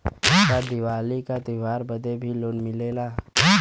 का दिवाली का त्योहारी बदे भी लोन मिलेला?